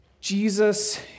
Jesus